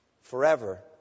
Forever